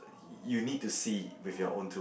you need to see with your own two